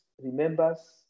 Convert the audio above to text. remembers